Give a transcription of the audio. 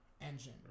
engine